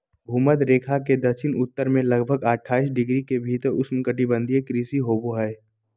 भूमध्य रेखा के दक्षिण उत्तर में लगभग अट्ठाईस डिग्री के भीतर उष्णकटिबंधीय कृषि होबो हइ